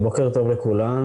בוקר טוב לכולם.